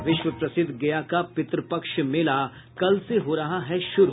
और विश्व प्रसिद्ध गया का पितृपक्ष मेला कल से हो रहा है शुरू